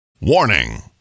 Warning